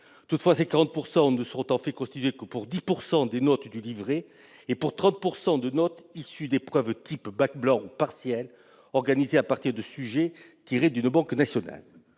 Toutefois, ces 40 % seront en fait constitués pour 10 % des notes du livret et pour 30 % de notes issues d'épreuves de type « bacs blancs » ou partiels organisées à partir de sujets tirés d'une banque nationale.